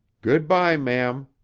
good-by, ma'am.